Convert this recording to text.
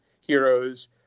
heroes